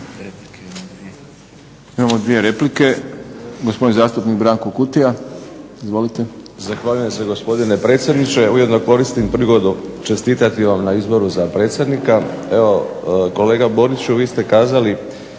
Imamo dvije replike. Gospodin zastupnik Branko Kutija. Izvolite. **Kutija, Branko (HDZ)** Zahvaljujem se gospodine predsjedniče. Ujedno koristim prigodu čestitati vam na izboru za predsjednika. Evo kolega Boriću, vi ste kazali